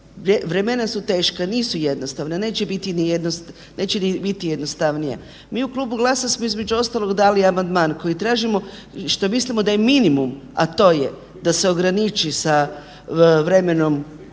vremena su teška, nisu jednostavna, neće ni biti jednostavnija. Mi u Klubu GLAS-a smo između ostalog dali amandman kojim tražimo što mislimo da je minimum, a to je da se ograniči sa vremenom